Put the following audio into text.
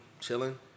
chilling